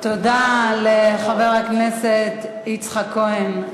תודה לחבר הכנסת יצחק כהן,